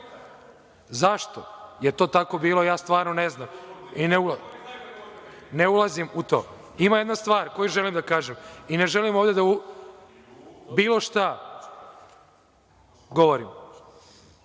Da li je to tako bilo ja stvarno ne znam i ne ulazim u to. Ima jedna stvar koju želim da kažem i ne želim ovde da bilo šta govorim.